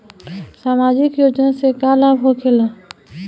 समाजिक योजना से का लाभ होखेला?